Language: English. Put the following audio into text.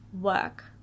work